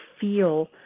feel